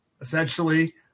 essentially